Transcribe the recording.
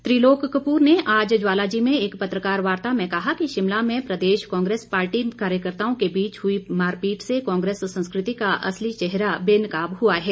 त्रिलोक कपूर ने आज ज्वालाजी में एक पत्रकार वार्ता में कहा कि शिमला में प्रदेश कांग्रेस में पार्टी कार्यकर्ताओं के बीच हुई मारपीट से कांग्रेस संस्कृति का असली चेहरा बेनकाब हुआ है